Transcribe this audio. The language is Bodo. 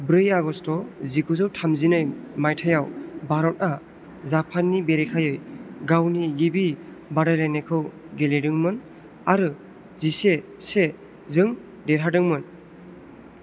ब्रै आगस्ट' जिगुजौ थामजिनै मायथाइयाव भारतआ जापाननि बेरेखायै गावनि गिबि बादायलायनायखौ गेलेदोंमोन आरो जिसे सेजों देरहादोंमोन